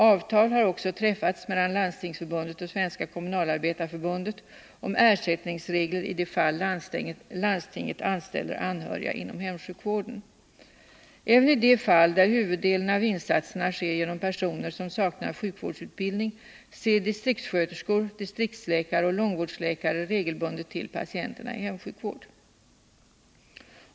Avtal har också träffats mellan Landstingsförbundet och Svenska kommunalarbetareförbundet om ersättningsregler i de fall landstinget anställer anhöriga inom hemsjukvården. Även i de fall där huvuddelen av insatserna sker genom personer som saknar sjukvårdsutbildning ser distriktssköterskor, distriktsläkare eller långvårdsläkare regelbundet till patienterna i hemsjukvård.